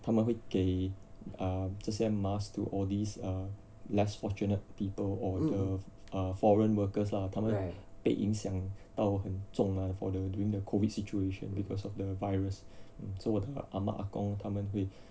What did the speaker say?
他们会给 uh 这些 masks to all these err less fortunate people on earth err foreign workers lah 他们被影响到很重啦 for the during the COVID situation because of the virus so 我的阿嬷阿公他们会